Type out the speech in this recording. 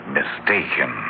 mistaken